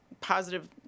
positive